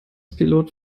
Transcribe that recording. pilot